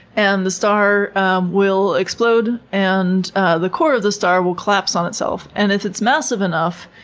and the star will explode, and the core of the star will collapse on itself and if it's massive enough.